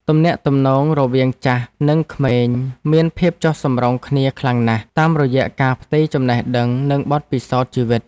ទំនាក់ទំនងរវាងចាស់និងក្មេងមានភាពចុះសម្រុងគ្នាខ្លាំងណាស់ តាមរយៈការផ្ទេរចំណេះដឹង និងបទពិសោធន៍ជីវិត។